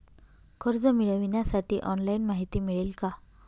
कर्ज मिळविण्यासाठी ऑनलाइन माहिती मिळेल का?